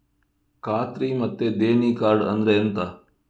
ಖಾತ್ರಿ ಮತ್ತೆ ದೇಣಿ ಕಾರ್ಡ್ ಅಂದ್ರೆ ಎಂತ?